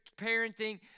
parenting